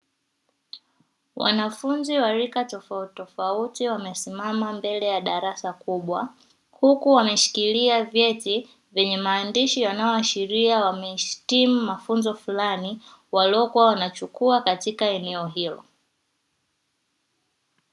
Wanafunzi wa rika tofautitofauti wamesimama mbele ya darasa kubwa huku wameshikilia vyeti, vyenye maandishi yanayoashiria wamehitimu mafunzo fulani waliokua wanachukua katika eneo hilo.